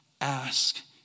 ask